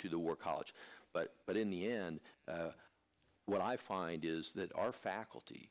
do the work college but but in the end what i find is that our faculty